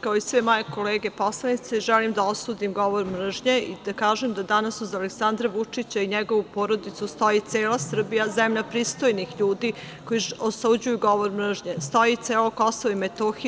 Kao i sve moje kolege poslanici, želim da osudim govor mržnje i da kažem da danas uz Aleksandra Vučića i njegovu porodicu stoji cela Srbija, zemlja pristojnih ljudi koji osuđuju govor mržnje, stoji celo KiM,